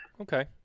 Okay